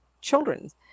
children's